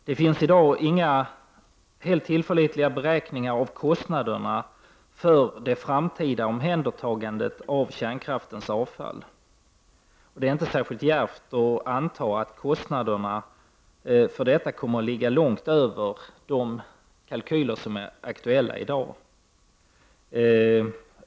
Det finns i dag inga helt tillförlitliga beräkningar av kostnaderna för det framtida omhändertagandet av kärnkraftens avfall. Det är inte särskilt djärvt att anta att kostnaderna kommer att ligga långt över i dag aktuella kalkyler.